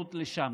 ריבונות לשם.